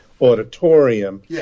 auditorium